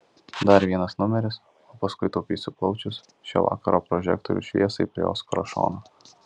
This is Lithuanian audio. dar vienas numeris o paskui taupysiu plaučius šio vakaro prožektorių šviesai prie oskaro šono